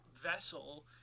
vessel